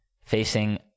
facing